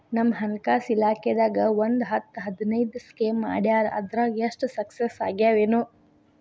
ನಮ್ ಹಣಕಾಸ್ ಇಲಾಖೆದಾಗ ಒಂದ್ ಹತ್ತ್ ಹದಿನೈದು ಸ್ಕೇಮ್ ಮಾಡ್ಯಾರ ಅದ್ರಾಗ ಎಷ್ಟ ಸಕ್ಸಸ್ ಆಗ್ಯಾವನೋ